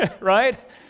right